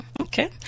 Okay